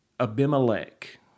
Abimelech